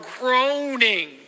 groaning